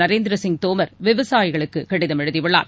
நரேந்திர சிங் தோமர் விவசாயிகளுக்கு கடிதம் எழுதியுள்ளார்